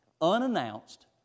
unannounced